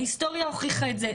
ההיסטוריה הוכיחה את זה,